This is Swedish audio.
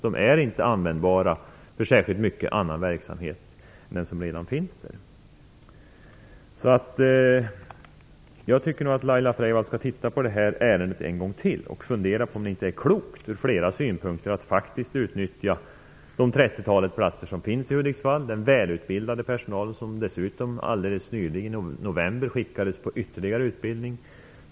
De är inte användbara för särskilt mycket annan verksamhet än den som redan finns där. Jag tycker nog att Laila Freivalds skall titta på ärendet en gång till och fundera på om det inte från flera synpunkter är klokt att faktiskt utnyttja det trettiotal platser som finns i Hudiksvall och den välutbildade personalen där, som så sent som i november skickades på ytterligare utbildning.